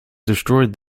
destroyed